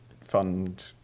fund